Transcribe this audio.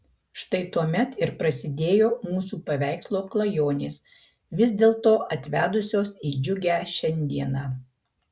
štai tuomet ir prasidėjo mūsų paveikslo klajonės vis dėlto atvedusios į džiugią šiandieną